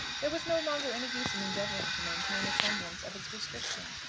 there was no longer any use in endeavouring to maintain a semblance of its restriction.